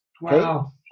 Wow